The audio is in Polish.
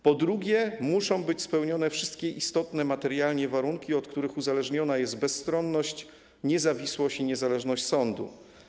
Po drugie, muszą być spełnione wszystkie istotne materialnie warunki, od których uzależniona jest bezstronność, niezawisłość i niezależność sądu.